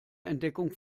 entdeckung